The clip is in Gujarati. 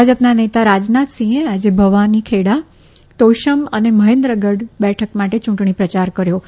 ભાજપના નેતા રાજનાથસિંહે આજે ભવાની ખેડા તોશમ અને મહેન્દ્રગઢ બેઠક માટે યૂંટણી પ્રચાર કર્યો હતો